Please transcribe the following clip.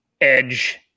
edge